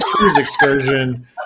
excursion